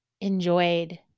enjoyed